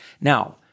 Now